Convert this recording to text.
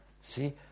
See